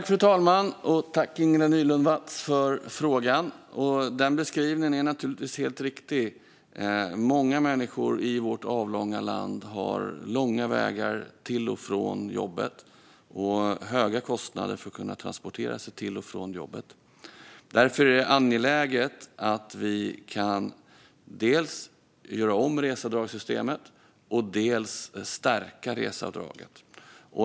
Fru talman! Jag tackar Ingela Nylund Watz för frågan. Beskrivningen är naturligtvis helt riktig. Många människor i vårt avlånga land har långa vägar till och från jobbet och höga kostnader för att transportera sig till och från jobbet. Därför är det angeläget att vi dels kan göra om reseavdragssystemet, dels stärka reseavdraget.